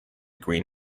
green